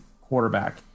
quarterback